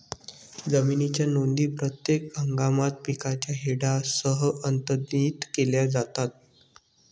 जमिनीच्या नोंदी प्रत्येक हंगामात पिकांच्या डेटासह अद्यतनित केल्या जातात